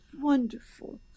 wonderful